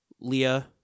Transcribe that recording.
Leah